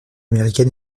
américaine